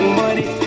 money